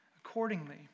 accordingly